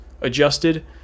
Adjusted